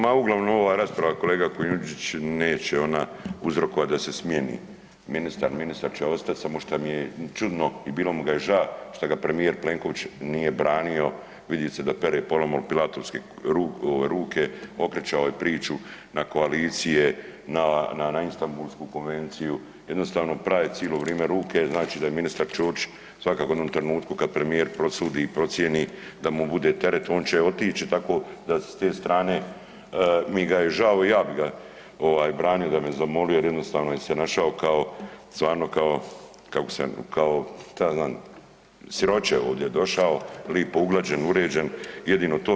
Ma uglavnom ova rasprava kolega Kujundžić neće ona uzrokovati da se smijeni ministar, ministar će ostat samo šta mi je čudno i bilo mi ga je ža šta ga premijer Plenković nije branio, vidi se pere ponovno Pilatovski ruke, okrećao je priču na koalicije, na Instambulsku konvenciju, jednostavno pra je cilo vrime ruke, znači da je ministar Ćorić svakako u jednom trenutku kad premijer prosudi i procijeni da mu bude teret, on će otići i tako da s te strane mi ga je žao i ja bi ga ovaj branio da me je zamolio jer jednostavno je se našao kao, stvarno kao kako se kao šta ja znam siroče je ovdje došao, lipo uglađen, uređen, jedino to.